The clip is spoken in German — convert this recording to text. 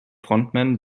frontmann